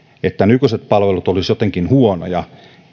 että nykyiset palvelut olisivat jotenkin huonoja